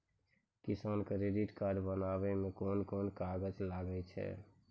किसान credit card बनाबै मे कोन कोन कागज लागै छै?